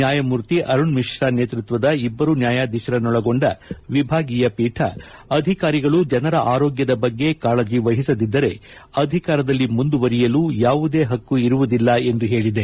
ನ್ಯಾಯಮೂರ್ತಿ ಅರುಣ್ ಮಿಶ್ರಾ ನೇತೃತ್ವದ ಇಬ್ಬರು ನ್ಯಾಯಾಧೀಶರನ್ನೊಳಗೊಂಡ ವಿಭಾಗೀಯ ಪೀಠ ಅಧಿಕಾರಿಗಳು ಜನರ ಆರೋಗ್ಲದ ಬಗ್ಗೆ ಕಾಳಜಿ ವಹಿಸದಿದ್ದರೆ ಅಧಿಕಾರದಲ್ಲಿ ಮುಂದುವರಿಯಲು ಯಾವುದೇ ಪಕ್ಷು ಇರುವುದಿಲ್ಲ ಎಂದು ಹೇಳಿದೆ